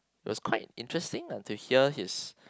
it was quite interesting ah to hear his